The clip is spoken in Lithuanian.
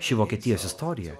ši vokietijos istorija